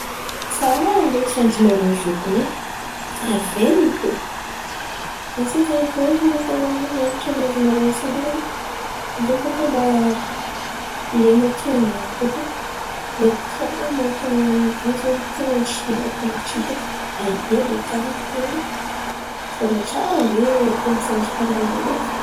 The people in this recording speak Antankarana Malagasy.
Tsara oe sanjinarô ziô kony e! Ary vain̈y koa, asa karakôry natô narô nianatra nahaizanarô asa karà io. Zahay ty kà mba lin̈a tia an̈ano koa fa lay tany mampan̈ano izo zen̈y ten̈a tsy aiko ndreky tsy hitako. Aia areky karakôry, misôra tsara oe koa misanjy karà anarô io e?